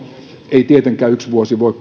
ei tietenkään yksi vuosi voi